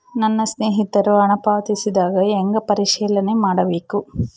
ನನ್ನ ಸ್ನೇಹಿತರು ಹಣ ಪಾವತಿಸಿದಾಗ ಹೆಂಗ ಪರಿಶೇಲನೆ ಮಾಡಬೇಕು?